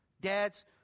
Dad's